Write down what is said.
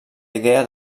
idea